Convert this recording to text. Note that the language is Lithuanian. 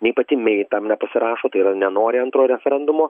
nei pati mei tam nepasirašo tai yra nenori antro referendumo